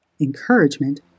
Encouragement